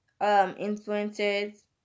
influencers